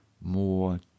more